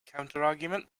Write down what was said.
counterargument